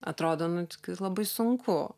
atrodo nu tik labai sunku